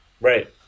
right